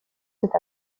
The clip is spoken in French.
cette